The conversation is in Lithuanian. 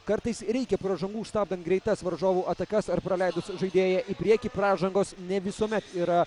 kartais reikia pražangų stabdant greitas varžovų atakas ar praleidus žaidėją į priekį pražangos ne visuomet yra